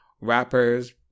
rappers